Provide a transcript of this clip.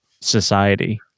society